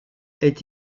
est